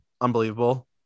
unbelievable